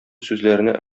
сүзләренә